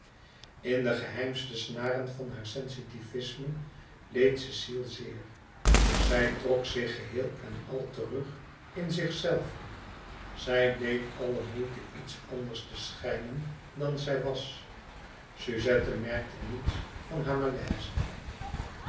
in de geheimste snaren van haar sensitivisme leed cecile zeer zij trok zich geheel en al terug in zichzelve zij deed alle moeite iets anders te schijnen dan zij was suzette merkte niets van haar malaise